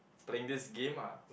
playing this game ah